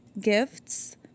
gifts